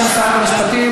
בשם שרת המשפטים,